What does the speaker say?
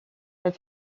elle